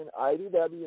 IDW